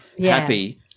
happy